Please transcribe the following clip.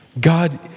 God